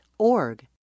org